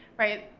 right?